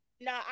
No